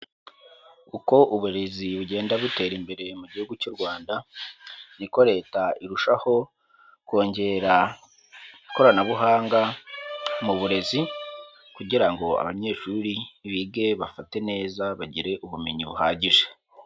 Uko uburezi bugenda butera imbere mu gihugu cy'u Rwanda, ni ko Leta irushaho kongera ikoranabuhanga mu burezi kugira ngo abanyeshuri bige bafate neza, bagire ubumenyi buhagije.